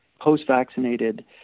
post-vaccinated